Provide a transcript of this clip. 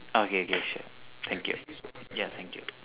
okay K K sure thank you ya thank you